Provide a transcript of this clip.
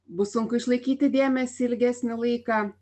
bus sunku išlaikyti dėmesį ilgesnį laiką